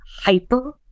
hyper